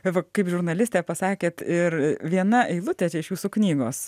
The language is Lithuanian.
va kaip žurnalistė pasakėt ir viena eilutė iš jūsų knygos